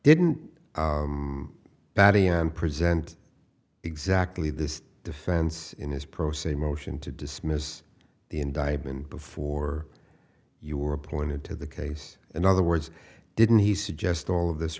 and present exactly this defense in his pro se motion to dismiss the indictment before you were appointed to the case in other words didn't he suggest all of this